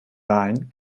wahlen